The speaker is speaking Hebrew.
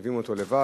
מרכיבים אותו לבד.